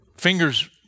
Fingers